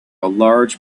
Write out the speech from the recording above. large